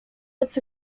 its